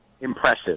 impressive